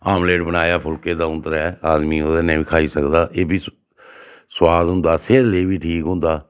omelette बनाया फुलके द'ऊं त्रै आदमी ओह्दे कन्नै बी खाई सकदा एह् बी सु सुआद होंदा सेह्त लेई बी ठीक होंदा